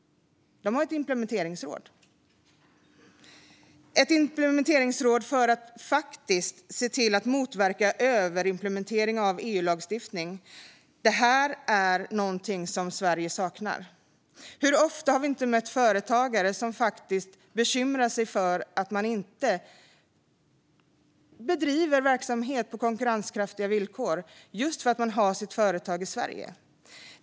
De har ett implementeringsråd för att se till att motverka överimplementering av EU-lagstiftning. Detta är någonting som Sverige saknar. Hur ofta har vi inte mött företagare som bekymrar sig för att man inte bedriver verksamhet på konkurrenskraftiga villkor just på grund av att man har sitt företag i Sverige?